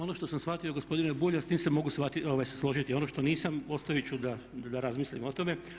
Ono što sam shvatio gospodine Bulj, a s tim se mogu složiti, ono što nisam ostavit ću da razmislim o tome.